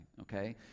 okay